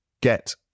get